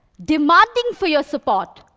demanding for your support,